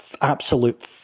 absolute